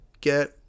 get